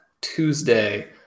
Tuesday